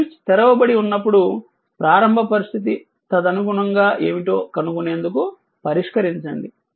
switch తెరవబడి ఉన్నప్పుడు ప్రారంభ పరిస్థితి తదనుగుణంగా ఏమిటో కనుగొనేందుకు పరిష్కరించండి